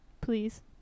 please